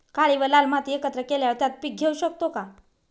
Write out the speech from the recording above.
काळी व लाल माती एकत्र केल्यावर त्यात पीक घेऊ शकतो का?